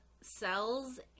cells